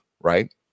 right